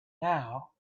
now